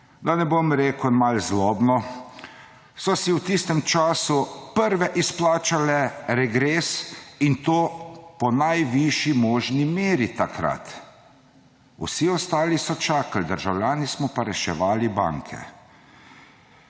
da ne bom rekel malo zlobno, so si v tistem času prve izplačale regres, in to po najvišji možni meri takrat; vsi ostali so čakali, državljani smo pa reševali banke.